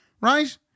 right